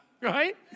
right